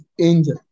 angel